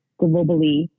globally